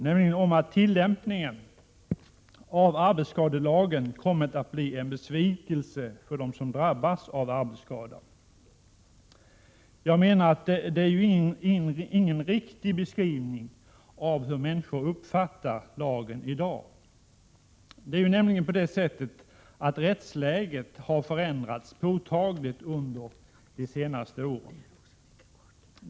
Det sägs där att tillämpningen av arbetsskadelagen kommit att bli en besvikelse för dem som drabbas av arbetsskada. Det är ingen riktig beskrivning av hur människor i dag uppfattar lagen. Det är nämligen på det sättet att rättsläget har förändrats påtagligt under de senaste åren.